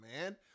man